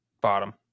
Bottom